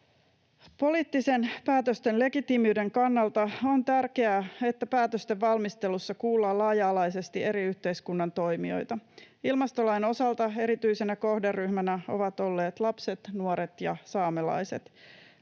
Poliittisten päätösten legitiimiyden kannalta on tärkeää, että päätösten valmistelussa kuullaan laaja-alaisesti eri yhteiskunnan toimijoita. Ilmastolain osalta erityisenä kohderyhmänä ovat olleet lapset, nuoret ja saamelaiset.